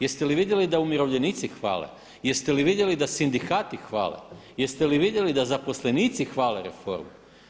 Jeste li vidjeli da umirovljenici hvale, jeste li vidjeli da sindikati hvale, jeste li vidjeli da zaposlenici hvale reformu?